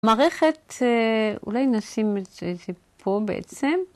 מערכת אולי נשים את זה פה בעצם.